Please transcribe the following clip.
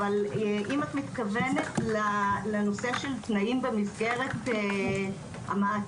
אבל אם את מתכוונת לנושא של תנאים במסגרת המעצר,